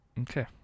Okay